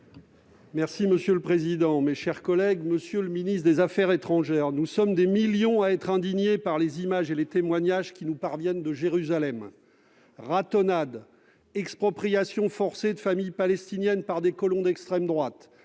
républicain, citoyen et écologiste. Monsieur le ministre des affaires étrangères, nous sommes des millions à être indignés par les images et les témoignages qui nous parviennent de Jérusalem : ratonnades, expropriations forcées de familles palestiniennes par des colons d'extrême droite,